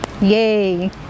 Yay